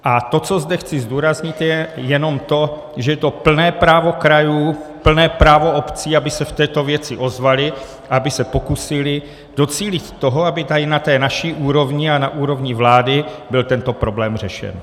A to, co zde chci zdůraznit, je jenom to, že je to plné právo krajů, plné právo obcí, aby se v této věci ozvaly a aby se pokusily docílit toho, aby tady na té naší úrovni a na úrovni vlády byl tento problém řešen.